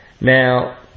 Now